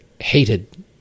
hated